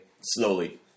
Slowly